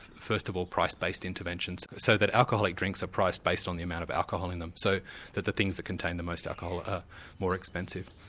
first of all, price-based interventions, so that alcoholic drinks are priced based on the amount of alcohol in them, so the things that contain the most alcohol are more expensive.